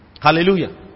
Hallelujah